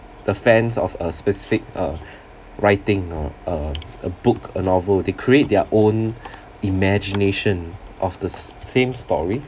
the fans of a specific uh writing or a a book a novel they create their own imagination of the s~ same story